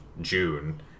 June